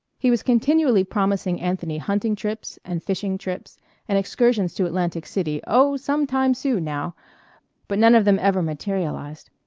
he was continually promising anthony hunting trips and fishing trips and excursions to atlantic city, oh, some time soon now but none of them ever materialized.